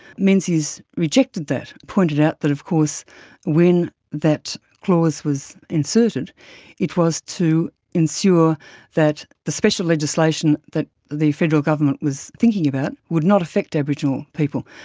menzies rejected that, pointed out that of course when that clause was inserted it was to ensure that the special legislation that the federal government was thinking about would not affect aboriginal people.